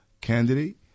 candidate